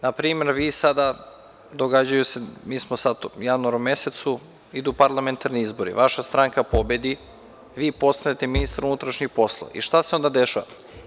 Na primer, mi smo sad u januaru mesecu, idu parlamentarni izbori, vaša stranka pobedi, vi postanete ministar unutrašnjih poslova i šta se onda dešava?